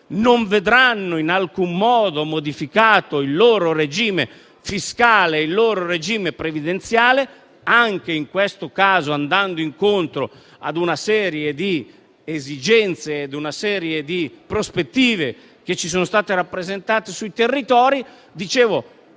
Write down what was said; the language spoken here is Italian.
non vedranno in alcun modo modificato il loro regime fiscale e il loro regime previdenziale, andando incontro a una serie di esigenze e di prospettive che ci sono state rappresentate sui territori, dicevo